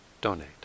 donate